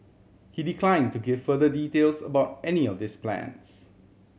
he decline to give further details about any of these plans